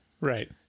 right